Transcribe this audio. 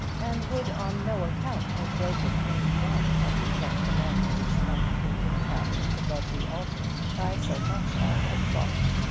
and would on no account have broken any one of the ten commandments on the painted tablets above the altar by so much as a thought.